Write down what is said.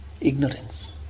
ignorance